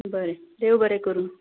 बरें देव बरें करूं